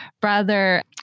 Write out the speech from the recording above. Brother